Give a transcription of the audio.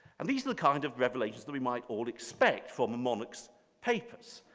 and these are the kind of revelations that we might all expect from the monarchs' papers.